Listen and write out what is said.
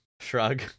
Shrug